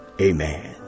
amen